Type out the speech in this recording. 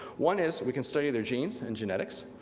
one is, we can study their genes and genetics.